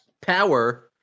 Power